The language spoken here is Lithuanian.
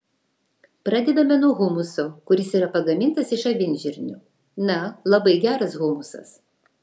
pradedame nuo humuso kuris yra pagamintas iš avinžirnių na labai geras humusas